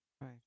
Right